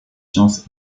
sciences